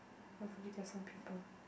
hopefully there're some people